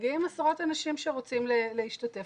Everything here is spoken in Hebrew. מגיעים עשרות אנשים שרוצים להשתתף,